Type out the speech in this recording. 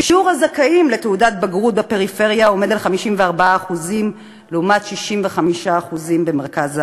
שיעור הזכאים לתעודת בגרות בפריפריה עומד על 54% לעומת 65% במרכז הארץ.